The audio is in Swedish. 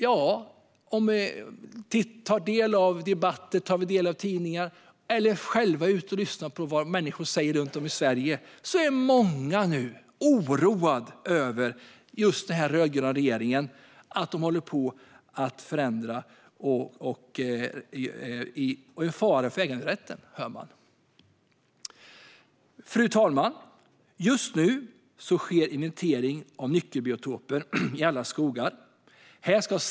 Ja, om vi tar del av debatter, läser i tidningar eller själva är ute och lyssnar på vad människor säger runt om i Sverige kan vi se att många nu är oroade över att den rödgröna regeringen håller på att förändra. Vi hör att äganderätten är i fara. Fru talman! Just nu sker en inventering av nyckelbiotoper i alla skogar.